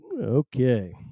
okay